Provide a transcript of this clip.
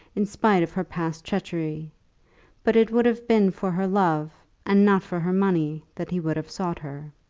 in spite of her past treachery but it would have been for her love and not for her money that he would have sought her.